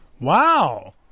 Wow